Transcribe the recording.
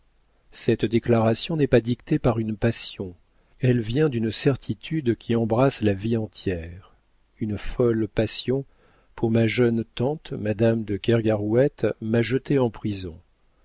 cette déclaration n'est pas dictée par une passion elle vient d'une certitude qui embrasse la vie entière une folle passion pour ma jeune tante madame de kergarouët m'a jeté en prison